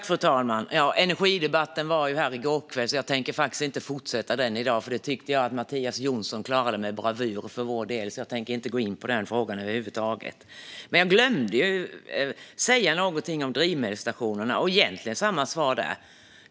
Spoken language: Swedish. Fru talman! Energidebatten hölls här i går kväll. Jag tänker inte fortsätta den i dag, för det tyckte jag att Mattias Jonsson klarade med bravur för vår del. Jag tänker därför inte gå in på den frågan över huvud taget. Jag glömde att säga något om drivmedelsstationerna. Det är egentligen samma svar där.